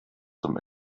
zum